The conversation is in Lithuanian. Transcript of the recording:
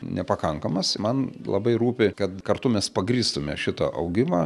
nepakankamas man labai rūpi kad kartu mes pagrįstume šitą augimą